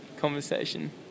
conversation